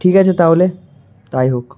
ঠিক আছে তাহলে তাই হোক